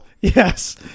Yes